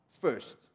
first